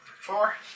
Four